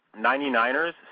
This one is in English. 99ers